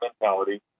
mentality